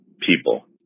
people